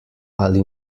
ali